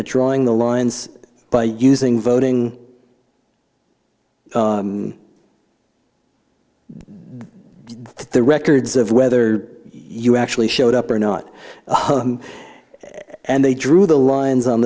at drawing the lines by using voting the records of whether you actually showed up or not and they drew the lines on